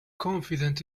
confident